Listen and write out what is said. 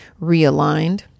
realigned